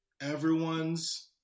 everyone's